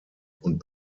und